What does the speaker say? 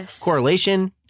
correlation